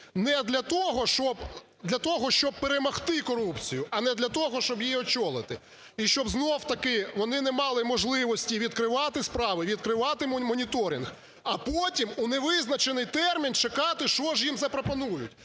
для того, щоб перемогти корупцію, а не для того, щоб її очолити. І щоб знову ж таки вони не мали можливості відкривати справи, відкривати моніторинг, а потім у невизначений термін чекати, що ж їм запропонують.